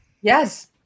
Yes